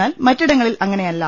എന്നാൽ മറ്റിടങ്ങളിൽ അങ്ങനെയല്ല